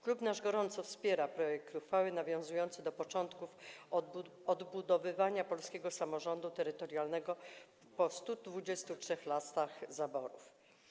Klub nasz gorąco popiera projekt uchwały nawiązujący do początków odbudowywania polskiego samorządu terytorialnego po 123 latach zaborów.